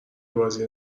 بازی